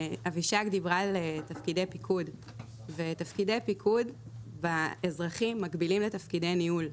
על תפקידי פיקוד ותפקידי פיקוד באזרחי מקבילים לתפקידי ניהול.